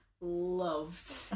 loved